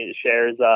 shares